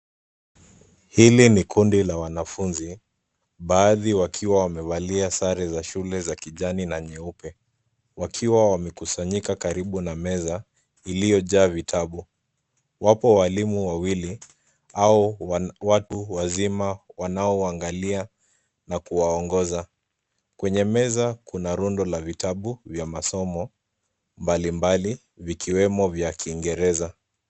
Hili ni kundi la wanafunzi, baadhi wakiwa wamevalia sare za shule za kijani na nyeupe, wakiwa wamekusanyika karibu na meza iliyojaa vitabu. Wapo walimu wawili au watu wazima wanaowaangalia na kuwaongoza. Kwenye meza kuna rundo la vitabu vya masomo mbalimbali vikiwemo vya Kiingereza.